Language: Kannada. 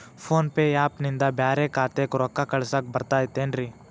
ಫೋನ್ ಪೇ ಆ್ಯಪ್ ನಿಂದ ಬ್ಯಾರೆ ಖಾತೆಕ್ ರೊಕ್ಕಾ ಕಳಸಾಕ್ ಬರತೈತೇನ್ರೇ?